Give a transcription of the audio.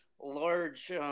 large